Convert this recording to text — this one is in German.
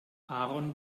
aaron